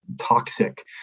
toxic